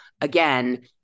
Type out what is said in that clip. again